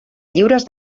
lliures